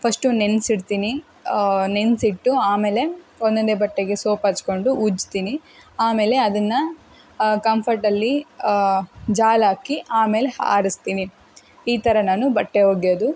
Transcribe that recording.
first ನೆನ್ಸಿ ಇಡ್ತೀನಿ ನೆನೆಸಿಟ್ಟು ಆಮೇಲೆ ಒಂದೊಂದೇ ಬಟ್ಟೆಗೆ ಸೋಪ್ ಹಚ್ಚಿಕೊಂಡು ಉಜ್ಜುತ್ತೀನಿ ಆಮೇಲೆ ಅದನ್ನು ಕಂಫರ್ಟಲ್ಲಿ ಜಾಲಾಕಿ ಆಮೇಲೆ ಆರಿಸ್ತೀನಿ ಈ ಥರ ನಾನು ಬಟ್ಟೆ ಒಗೆಯೋದು